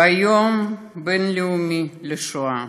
ביום הבין-לאומי לזכר השואה.